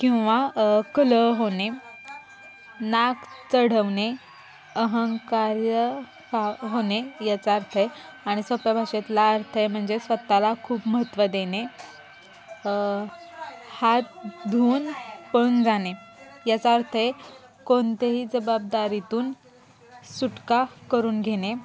किंवा कलह होणे नाक चढवणे अहंकार हा होणे याचा अर्थ आहे आणि सोप्या भाषेतला अर्थ आहे म्हणजे स्वतःला खूप महत्त्व देणे हात धुवून पळून जाणे याचा अर्थ आहे कोणतेही जबाबदारीतून सुटका करून घेणे